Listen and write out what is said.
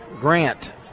Grant